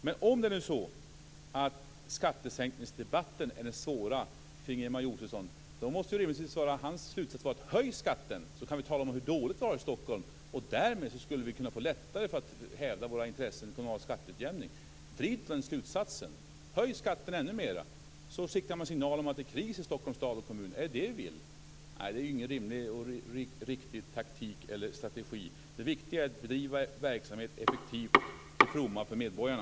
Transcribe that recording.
Men om det nu är så att skattesänkningsdebatten är det svåra för Ingemar Josefsson måste hans slutsats rimligtvis vara: Höj skatten, så kan vi tala om hur dåligt vi har det i Stockholm och därmed få lättare att häva våra intressen vid kommunal skatteutjämning! Höj skatten ännu mer, så skickar vi en signal om att det är kris i Stockholms stad och län! Är det vad vi vill? Nej, det är ingen rimlig och riktig taktik eller strategi. Det viktiga är att bedriva verksamhet effektivt till fromma för medborgarna.